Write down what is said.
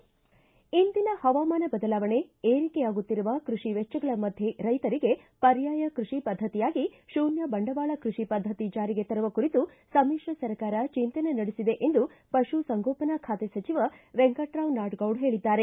ಇಂದಿನ ಹವಾಮಾನ ಬದಲಾವಣೆ ಏರಿಕೆಯಾಗುತ್ತಿರುವ ಕೃಷಿ ವೆಚ್ಚಗಳ ಮಧ್ಯೆ ರೈಶರಿಗೆ ಪರ್ಯಾಯ ಕೃಷಿ ಪದ್ದತಿಯಾಗಿ ತೂನ್ನ ಬಂಡವಾಳ ಕೃಷಿ ಪದ್ದತಿ ಜಾರಿಗೆ ತರುವ ಕುರಿತು ಸಮಿತ್ರ ಸರ್ಕಾರ ಚಿಂತನೆ ನಡೆಸಿದೆ ಎಂದು ಪಶು ಸಂಗೋಪನಾ ಖಾತೆ ಸಚಿವ ವೆಂಕಟರಾವ್ ನಾಡಗೌಡ ಹೇಳಿದ್ದಾರೆ